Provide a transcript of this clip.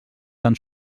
tan